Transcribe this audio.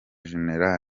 gen